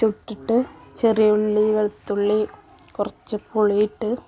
ചുട്ടിട്ട് ചെറിയുള്ളി വെളുത്തുള്ളി കുറച്ച് പുളിയിട്ട്